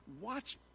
watch